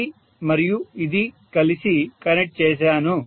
ఇది మరియు ఇది కలిపి కనెక్ట్ చేశాను